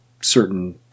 certain